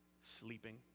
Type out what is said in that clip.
sleeping